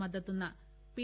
మద్దతున్న P